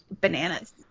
bananas